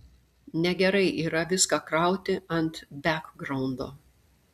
negerai yra viską krauti ant bekgraundo